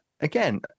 again